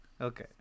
okay